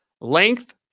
length